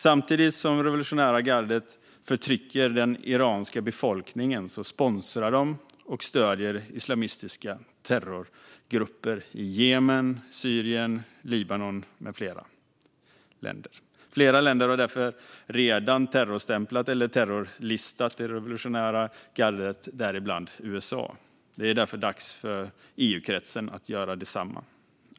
Samtidigt som det revolutionära gardet förtrycker den iranska befolkningen sponsrar de och stöder islamistiska terrorgrupper i Jemen, Syrien, Libanon med flera länder. Flera länder har därför redan terrorstämplat eller terrorlistat det revolutionära gardet, däribland USA. Det är därför dags för EU-kretsen att göra detsamma.